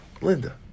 Linda